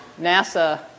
NASA